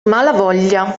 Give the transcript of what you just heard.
malavoglia